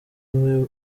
umwe